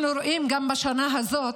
אנחנו רואים גם בשנה הזו,